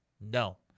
No